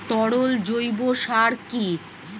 তরল জৈব সার কি?